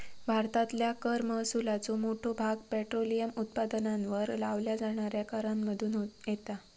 भारतातल्या कर महसुलाचो मोठो भाग पेट्रोलियम उत्पादनांवर लावल्या जाणाऱ्या करांमधुन येता